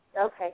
Okay